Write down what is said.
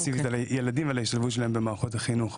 הילדים ועל ההשתלבות שלהם במערכת החינוך ספציפית.